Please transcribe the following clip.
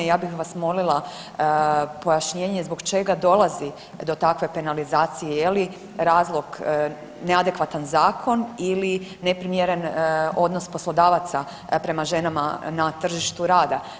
Ja bih vas molila pojašnjenje zbog čega dolazi do takve penalizacije, je li razlog neadekvatan zakon ili neprimjeren odnos poslodavaca prema ženama na tržištu rada.